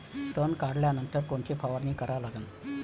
तन काढल्यानंतर कोनची फवारणी करा लागन?